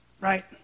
Right